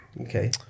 okay